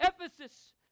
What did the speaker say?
Ephesus